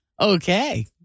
Okay